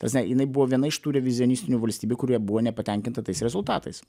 prasme jinai buvo viena iš tų revizionistinių valstybių kurie buvo nepatenkinta tais rezultatais